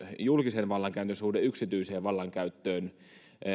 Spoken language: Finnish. julkisen vallankäytön suhde yksityiseen vallankäyttöön